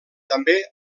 també